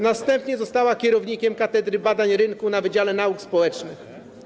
Następnie została kierownikiem Katedry Badań Rynku na Wydziale Nauk Społecznych.